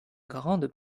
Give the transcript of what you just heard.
grande